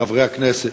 חברי הכנסת,